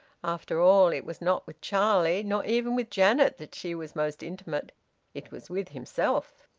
after all, it was not with charlie, nor even with janet, that she was most intimate it was with himself!